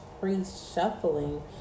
pre-shuffling